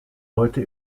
heute